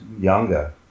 younger